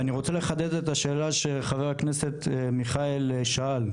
ואני רוצה לחדד את השאלה שח"כ מיכאל שאל,